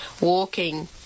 walking